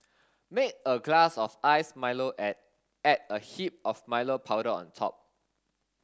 make a glass of iced Milo and add a heap of Milo powder on top